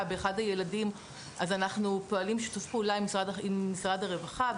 באחד הילדים אנחנו פועלים בשיתוף פעולה עם משרד הרווחה,